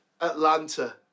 Atlanta